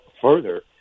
further